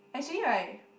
actually right